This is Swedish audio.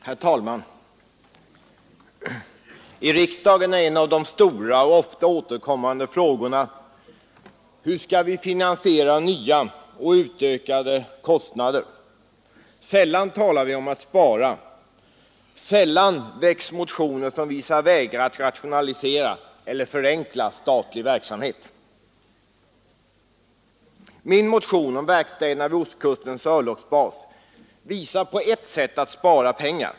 Herr talman! I riksdagen är en av de stora återkommande frågorna: Hur skall vi finansiera nya eller ökade kostnader? Sällan talar vi om att spara, sällan väcks motioner som visar vägar att rationalisera eller förenkla statlig verksamhet. Min motion om verkstäderna vid Ostkustens örlogsbas visar på ett sätt att spara pengar.